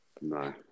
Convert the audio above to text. No